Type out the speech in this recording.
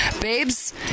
Babes